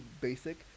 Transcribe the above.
basic